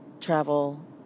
travel